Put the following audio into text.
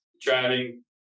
driving